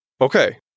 Okay